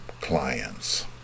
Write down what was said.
clients